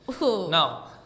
Now